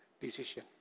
decision